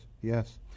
yes